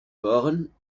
hören